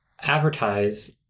advertise